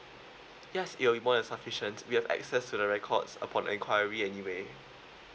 yes it'll be more than sufficient we have access to the records upon enquiry anyway